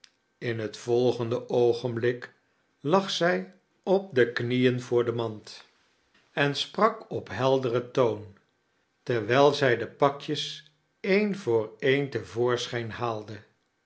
in het volgende oogenblik lag zij op de knieen voor de mand en sprak op helderen toon terwijl zij de pakjes een voor een te voorschijn haalde